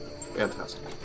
Fantastic